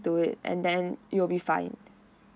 to it and then you'll be fine